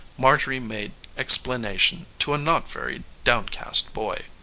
marjorie made explanation to a not very downcast boy.